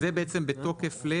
אז זה בעצם לתוקף?